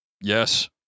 Yes